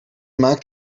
maak